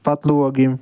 پَتہٕ لوگ أمۍ